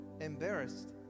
embarrassed